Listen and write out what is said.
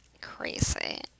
crazy